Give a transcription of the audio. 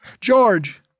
George